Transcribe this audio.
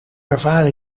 ervaar